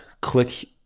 click